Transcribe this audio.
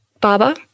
Baba